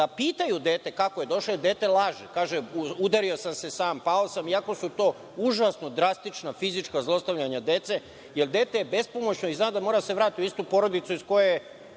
da pitaju dete kako došlo do toga, jer dete laže, kaže – udario sam se sam, pao sam. Iako su to užasna drastična, fizička zlostavljanja dece, jer dete je bespomoćno i zna da mora da se vrati u istu porodicu iz koje